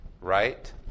Right